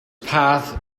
path